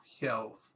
health